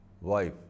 wife